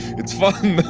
it's fun